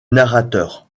narrateur